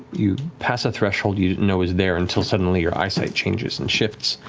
you pass a threshold you didn't know was there until suddenly your eyesight changes and shifts,